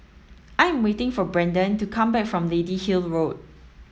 I am waiting for Brendan to come back from Lady Hill Road